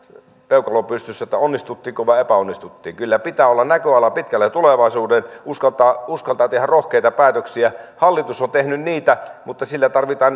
peukalo pystyssä onnistuttiinko vai epäonnistuttiinko kyllä pitää olla näköala pitkälle tulevaisuuteen uskaltaa uskaltaa tehdä rohkeita päätöksiä hallitus on tehnyt niitä mutta silti tarvitaan